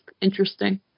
interesting